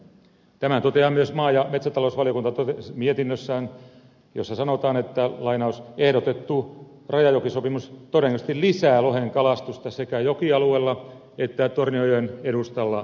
tämä toteaa myös maa ja metsätalousvaliokunta mietinnössään jossa sanotaan että ehdotettu rajajokisopimus todennäköisesti lisää lohen kalastusta sekä jokialueella että tornionjoen edustan merialueella